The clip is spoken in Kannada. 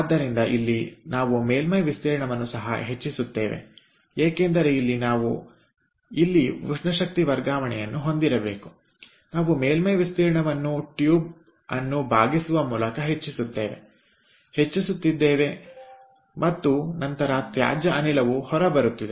ಆದ್ದರಿಂದ ಇಲ್ಲಿ ನಾವು ಮೇಲ್ಮೈ ವಿಸ್ತೀರ್ಣವನ್ನು ಸಹ ಹೆಚ್ಚಿಸುತ್ತೇವೆ ಏಕೆಂದರೆ ಇಲ್ಲಿ ನಾವು ಇಲ್ಲಿ ಉಷ್ಣಶಕ್ತಿ ವರ್ಗಾವಣೆಯನ್ನು ಹೊಂದಿರಬೇಕು ನಾವು ಮೇಲ್ಮೈ ವಿಸ್ತೀರ್ಣವನ್ನು ಟ್ಯೂಬ್ ಅನ್ನು ಬಾಗಿಸುವ ಮೂಲಕ ಹೆಚ್ಚಿಸುತ್ತೇವೆ ನಾವು ಬಿಸಿ ಅನಿಲ ಮತ್ತು ಈ ಕೊಳವೆಗಳ ಮೂಲಕ ಹರಿಯುವ ದ್ರಾವಣದ ನಡುವಿನ ಸಂಪರ್ಕ ಸಮಯವನ್ನು ಹೆಚ್ಚಿಸುತ್ತಿದ್ದೇವೆ ಮತ್ತು ನಂತರ ತ್ಯಾಜ್ಯ ಅನಿಲವು ಹೊರಬರುತ್ತಿದೆ